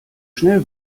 schnell